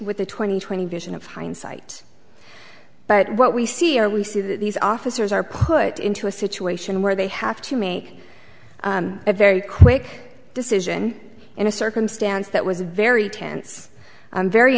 with the twenty twenty vision of hindsight but what we see you know we see that these officers are put into a situation where they have to make a very quick decision in a circumstance that was very tense